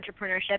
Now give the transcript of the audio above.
entrepreneurship